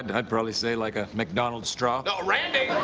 and i'd probably say like a mcdonald's straw. no. randy!